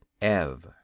Ev